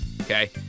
okay